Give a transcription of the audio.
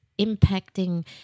impacting